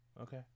Okay